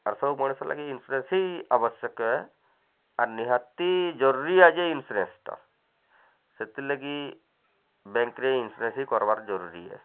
ଆର୍ ସବୁ ମଣିଷ ଲାଗି ଇନସ୍ୟୁରାନ୍ସ ଆବଶ୍ୟକ ଆର୍ ନିହାତି ଜରୁରୀ ଆଜ ଏ ସେଥିଲାଗି ବ୍ୟାଙ୍କରେ ଇନସ୍ୟୁରାନ୍ସ କର୍ବାର ଜରୁରୀ ହେ